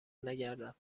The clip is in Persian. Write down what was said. نگردم